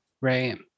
Right